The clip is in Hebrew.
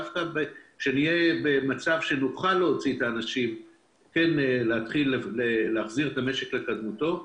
דווקא כשנהיה במצב שנוכל להוציא את האנשים ולהחזיר את המשק לקדמותו,